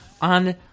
on